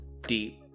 deep